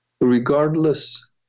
Regardless